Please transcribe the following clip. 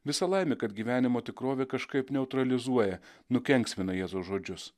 visa laimė kad gyvenimo tikrovė kažkaip neutralizuoja nukenksmina jėzaus žodžius